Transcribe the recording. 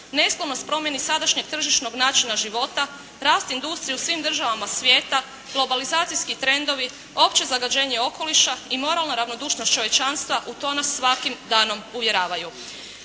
nesklonost promjeni sadašnjeg tržišnog načina života, rast industrije u svim državama svijeta, globalizacijski trendovi, opće zagađenje okoliša i moralna ravnodušnost čovječanstva u to nas svakim danom uvjeravaju.